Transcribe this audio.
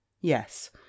Yes